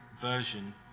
version